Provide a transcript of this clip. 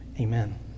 Amen